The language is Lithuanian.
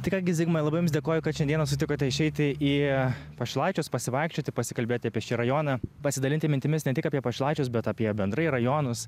tai ką gi zigmai labai jums dėkoju kad šiandieną sutikote išeiti į pašilaičius pasivaikščioti pasikalbėti apie šį rajoną pasidalinti mintimis ne tik apie pašilaičius bet apie bendrai rajonus